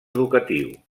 educatiu